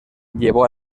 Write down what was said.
llevó